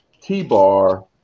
T-Bar